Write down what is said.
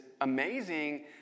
amazing